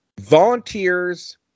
volunteers